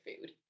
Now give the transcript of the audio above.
food